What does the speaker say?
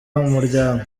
umuryango